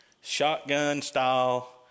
shotgun-style